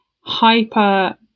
hyper